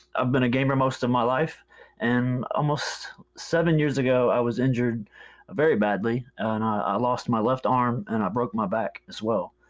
i've been a gamer most of my life and almost seven years ago, i was injured very badly and i lost my left arm and i broke my back as well,